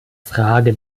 frage